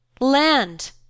Land